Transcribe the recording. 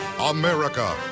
America